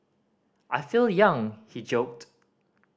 I feel young he joked